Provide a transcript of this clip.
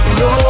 no